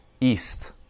east